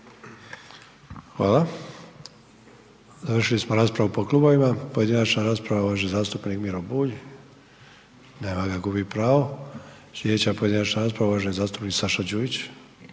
Hvala. Završili smo raspravu po klubovima, pojedinačna rasprava, uvaženi zastupnik Miro Bulj, nema ga, gubi pravo. Slijedeća pojedinačna rasprava, uvaženi zastupnik Saša Đujić,